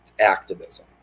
activism